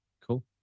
Cool